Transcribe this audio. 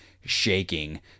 shaking